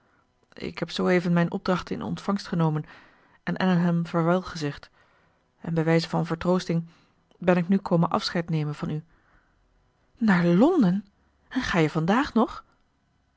ik heb zooeven mijn opdrachten in ontvangst genomen en allenham vaarwel gezegd en bij wijze van vertroosting ben ik nu komen afscheid nemen van u naar londen en ga je vandaag nog